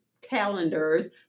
calendars